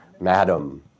madam